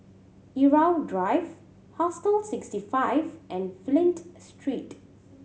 Irau Drive Hostel Sixty Five and Flint Street